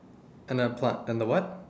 and a plant and a what